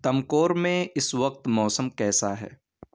تمکور میں اس وقت موسم کیسا ہے